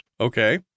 Okay